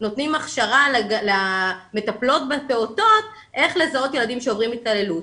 נותנים הכשרה למטפלות בפעוטות איך לזהות ילדים שעוברים התעללות,